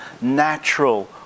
natural